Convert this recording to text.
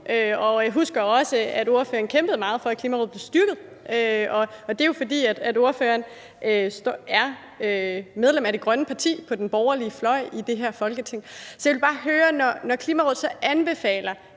og jeg husker også, at ordføreren kæmpede meget for, at Klimarådet blev styrket, og det er jo, fordi ordføreren er medlem af det grønne parti på den borgerlige fløj i det her Folketing. Så jeg vil bare høre, at når Klimarådet anbefaler,